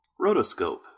rotoscope